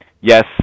yes